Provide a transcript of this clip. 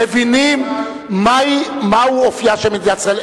מבינים מהו אופיה של מדינת ישראל.